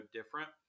different